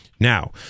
Now